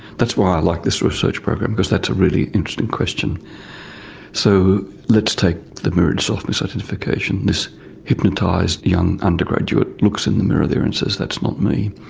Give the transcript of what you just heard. that's why i like this research program, because that's a really interesting question so let's take the mirrored self misidentification, this hypnotised young undergraduate looks in the mirror there and says that's not me.